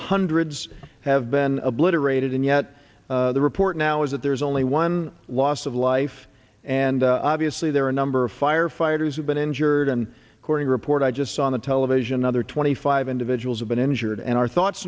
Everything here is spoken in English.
hundreds have been obliterated and yet the report now is that there is only one loss of life and obviously there are a number of firefighters have been injured and according report i just saw on the television another twenty five individuals have been injured and our thoughts